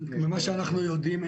עד כמה שאנחנו יודעים,